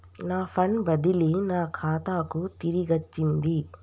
నా ఫండ్ బదిలీ నా ఖాతాకు తిరిగచ్చింది